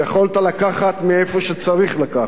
יכולת לקחת מאיפה שצריך לקחת,